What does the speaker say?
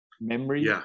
memory